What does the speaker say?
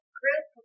group